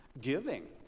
giving